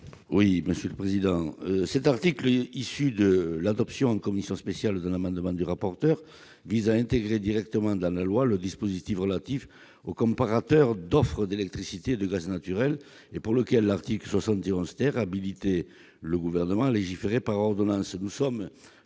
à M. Roland Courteau. Cet article, issu de l'adoption en commission spéciale d'un amendement de M. le rapporteur, vise à introduire dans la loi le dispositif relatif au comparateur d'offres d'électricité et de gaz naturel, sur lequel l'article 71 prévoyait d'habiliter le Gouvernement à légiférer par ordonnance.